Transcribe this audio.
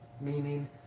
meaning